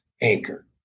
anchor